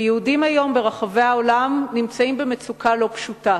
היום יהודים ברחבי העולם נמצאים במצוקה לא פשוטה.